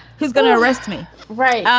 who's going to arrest me right.